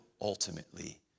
ultimately